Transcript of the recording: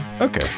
Okay